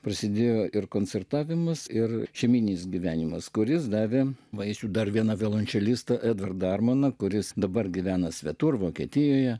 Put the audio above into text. prasidėjo ir koncertavimas ir šeiminis gyvenimas kuris davė vaisių dar viena violončelisto edvardo armono kuris dabar gyvena svetur vokietijoje